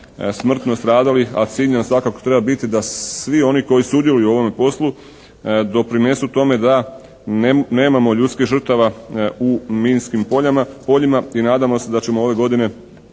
smrtno stradalih, a cilj nam svakako treba biti da svi oni koji sudjeluju u ovome poslu doprinesu tome da nemamo ljudskih žrtava u minskim poljima i nadamo se da ćemo ove godine